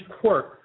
quirk